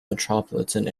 metropolitan